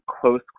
close